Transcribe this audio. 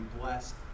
blessed